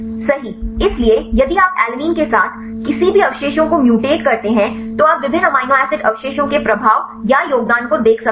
सही इसलिए यदि आप ऐलेन के साथ किसी भी अवशेषों को म्यूट करते हैं तो आप विभिन्न अमीनो एसिड अवशेषों के प्रभाव या योगदान को देख सकते हैं